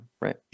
Right